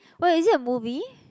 what is it a movie